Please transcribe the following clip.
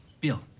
Bill